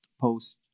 post